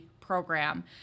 program